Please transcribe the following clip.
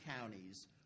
counties